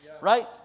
right